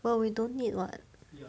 well we don't need [what]